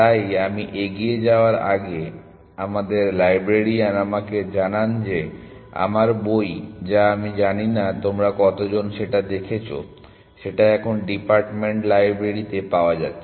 তাই আমি এগিয়ে যাওয়ার আগে আমাদের লাইব্রেরিয়ান আমাকে জানান যে আমার বই যা আমি জানি না তোমরা কতজন সেটা দেখেছো সেটা এখন ডিপার্টমেন্ট লাইব্রেরিতে পাওয়া যাচ্ছে